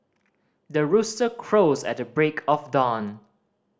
the rooster crows at the break of dawn